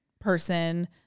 person